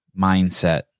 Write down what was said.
mindset